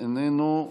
איננו.